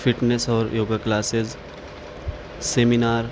fitness اور yoga classes seminar